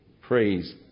Praise